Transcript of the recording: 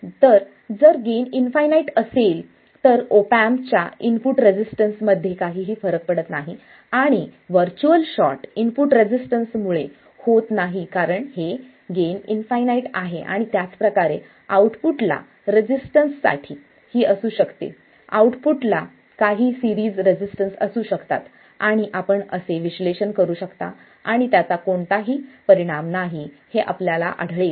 तर जर gain infinite असेल तर ऑप एम्पच्या इनपुट रेसिस्टन्स मध्ये काहीही फरक पडत नाही आणि व्हर्च्युअल शॉर्ट इनपुट रेसिस्टन्स मुळे होत नाही कारण हे गेन इंफायनाईट आहे आणि त्याच प्रकारे आउटपुटला रेसिस्टन्स साथी ही असे असू शकते आउटपुटला काही सिरीज रेसिस्टन्स असू शकतात आणि आपण असे विश्लेषण करू शकता आणि त्याचा कोणताही परिणाम नाही हे आपल्याला आढळेल